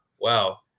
Wow